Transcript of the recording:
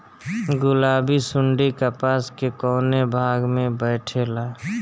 गुलाबी सुंडी कपास के कौने भाग में बैठे ला?